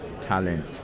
talent